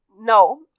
No